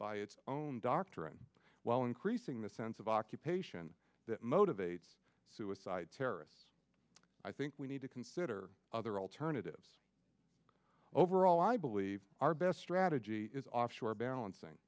by its own doctrine while increasing the sense of occupation that motivates suicide terrorists i think we need to consider other alternatives overall i believe our best strategy is offshore balancing